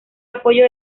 apoyo